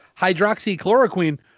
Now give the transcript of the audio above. hydroxychloroquine